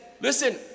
listen